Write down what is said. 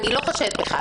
אני לא חושדת בך,